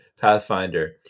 Pathfinder